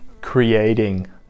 creating